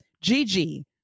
Gigi